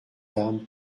femmes